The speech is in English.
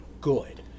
good